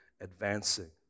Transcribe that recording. advancing